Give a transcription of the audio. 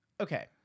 Okay